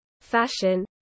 fashion